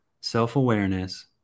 self-awareness